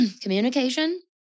communication